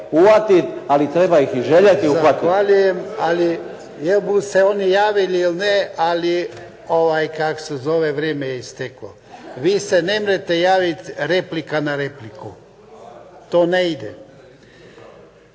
ali treba ih i željeti uhvatiti. **Jarnjak, Ivan (HDZ)** Zahvaljujem! Ali jel bu se oni javili ili ne, ali vrijeme je isteklo. Vi se nemrete javit replika na repliku. To ne ide.